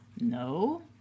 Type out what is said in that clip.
No